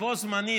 בו בזמן,